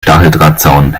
stacheldrahtzaun